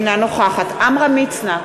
אינה נוכחת עמרם מצנע,